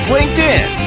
LinkedIn